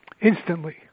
instantly